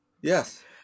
Yes